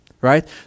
right